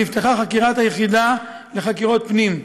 נפתחה חקירת היחידה לחקירות פנים.